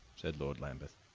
said lord lambeth.